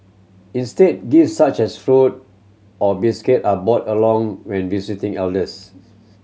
instead gifts such as fruit or biscuit are brought along when visiting elders